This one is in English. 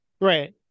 Right